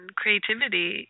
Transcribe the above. creativity